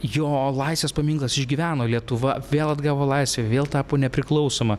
jo laisvės paminklas išgyveno lietuva vėl atgavo laisvę vėl tapo nepriklausoma